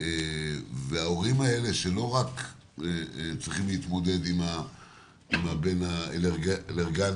וההורים האלה שצריכים להתמודד לא רק עם הבן האלרגי,